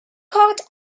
coat